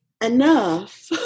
enough